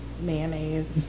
Mayonnaise